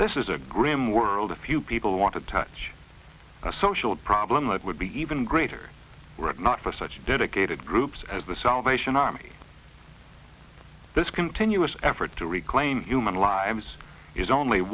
this is a grim world if you people want to touch a social problem it would be even greater were it not for such dedicated groups as the salvation army this continuous effort to reclaim human lives is only